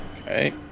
Okay